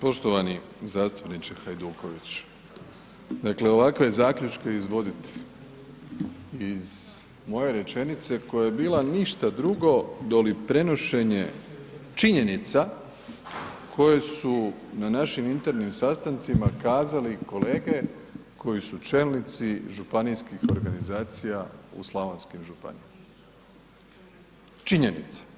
Poštovani zastupniče Hajduković, dakle ovakve zaključke izvodit iz moje rečenice koja je bila ništa drugo doli prenošenje činjenica koje su na našim internim sastancima kazali kolege koji su čelnici županijskih organizacija u slavonskim županijama, činjenice.